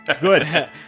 good